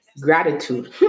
Gratitude